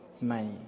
money